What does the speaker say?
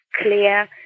clear